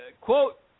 quote